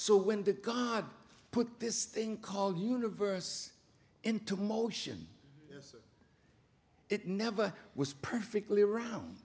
so when did god put this thing called universe into motion it never was perfectly round